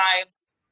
lives